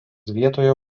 vietoje